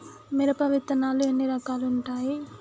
మిరప విత్తనాలు ఎన్ని రకాలు ఉంటాయి?